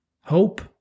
hope